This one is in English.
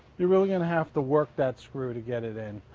you're really gonna have to work that screw to get it in.